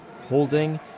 holding